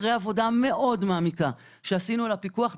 אחרי עבודה מאוד מעמיקה שעשינו על הפיקוח,